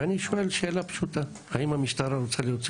אני שואל שאלה פשוטה: האם המשטרה רוצה להוציא